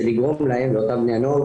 זה לגרום להם לאותם בני הנוער,